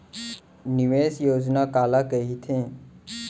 निवेश योजना काला कहिथे?